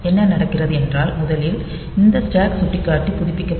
என்ன நடக்கிறது என்றால் முதலில் இந்த ஸ்டேக் சுட்டிக்காட்டி புதுப்பிக்கப்படும்